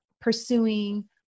pursuing